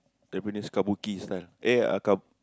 Japanese kabuki style eh